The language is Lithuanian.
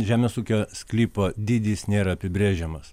žemės ūkio sklypo dydis nėra apibrėžiamas